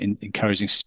encouraging